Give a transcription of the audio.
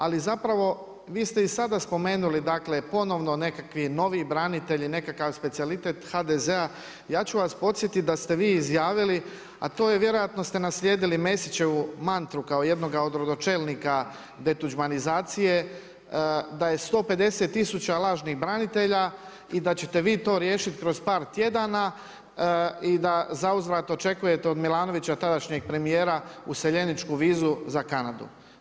Ali zapravo vi ste i sada spomenuli ponovno nekakvi novi branitelji, nekakav specijalitet HDZ-a. ja ću vas podsjetiti da ste vi izjavili, a to je vjerojatno ste naslijedili Mesićevu mantru kao jednog od rodočelnika detuđmanizacije, da je 150 tisuća lažnih branitelja i da ćete vi to riješiti kroz par tjedana i da zauzvrat očekujete od Milanovića tadašnjeg premijera useljeničku vizu za Kanadu.